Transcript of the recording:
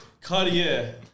Cartier